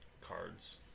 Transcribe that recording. cards